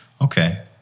Okay